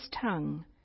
tongue